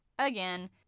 Again